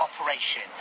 operation